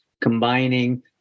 combining